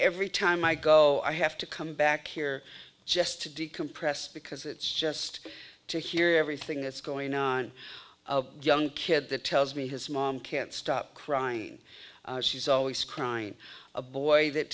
every time i go i have to come back here just to decompress because it's just to hear everything that's going on young kid that tells me his mom can't stop crying she's always crying a boy that